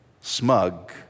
smug